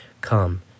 come